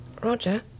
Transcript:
Roger